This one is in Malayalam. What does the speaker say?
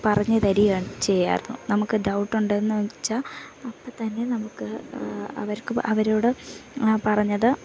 പറഞ്ഞു തരികയാണ് ചെയ്യുമായിരുന്നു നമുക്ക് ഡൗട്ടുണ്ടെന്നു വെച്ചാൽ അപ്പം തന്നെ നമുക്ക് അവർക്ക് അവരോട് പറഞ്ഞത്